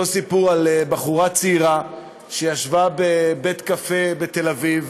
סיפור על בחורה צעירה שישבה בבית-קפה בתל-אביב